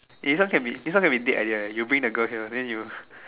A this one can be this one can be dead idea air you bring the girl here then you